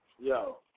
Yo